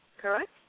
correct